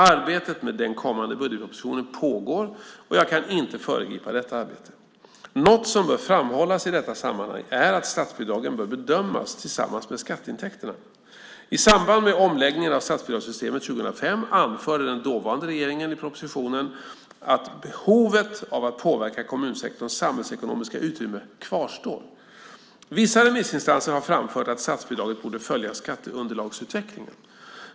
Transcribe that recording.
Arbetet med den kommande budgetpropositionen pågår, och jag kan inte föregripa detta arbete. Något som bör framhållas i detta sammanhang är att statsbidragen bör bedömas tillsammans med skatteintäkterna. I samband med omläggningen av statsbidragssystemet 2005 anförde den dåvarande regeringen i propositionen att behovet av att påverka kommunsektorns samhällsekonomiska utrymme kvarstår. Vissa remissinstanser hade framfört att statsbidraget borde följa skatteunderlagsutvecklingen.